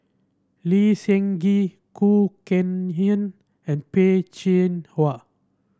Lee Seng Gee Khoo Kay Hian and Peh Chin Hua